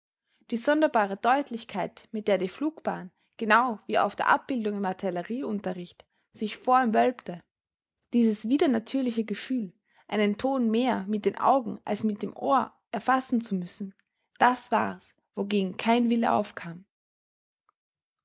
die sonderbare deutlichkeit mit der die flugbahn genau wie auf der abbildung im artillerieunterricht sich vor ihm wölbte dieses widernatürliche gefühl einen ton mehr mit den augen als mit dem ohr erfassen zu müssen das war's wogegen kein wille aufkam